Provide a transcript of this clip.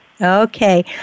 Okay